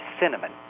cinnamon